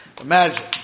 Imagine